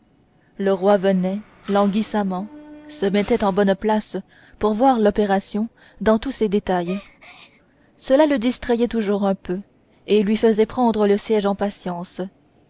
le roi venait languissamment se mettait en bonne place pour voir l'opération dans tous ses détails cela le distrayait toujours un peu et lui faisait prendre le siège en patience